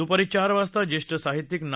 दूपारी चार वाजता ज्येष्ठ साहित्यिक ना